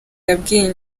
yabwiye